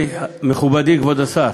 מכובדי כבוד השר,